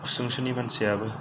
उसुंसेनि मानसियाबो